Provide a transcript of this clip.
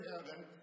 heaven